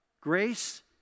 grace